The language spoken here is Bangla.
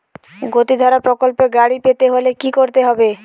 গতিধারা প্রকল্পে গাড়ি পেতে হলে কি করতে হবে?